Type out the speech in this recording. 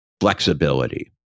flexibility